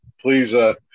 Please